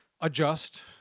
adjust